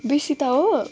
विसिता हो